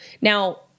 Now